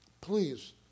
Please